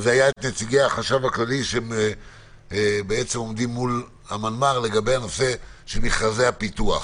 את נציגי החשב הכללי שבעצם עומדים מול המנמ"ר לגבי המכרזים של הפיתוח.